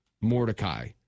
mordecai